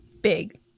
big